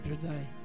today